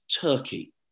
Turkey